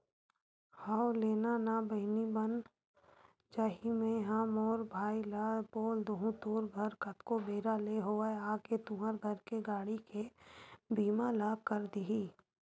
हव लेना ना बहिनी बन जाही मेंहा मोर भाई ल बोल दुहूँ तोर घर कतको बेरा ले होवय आके तुंहर घर के गाड़ी के बीमा ल कर दिही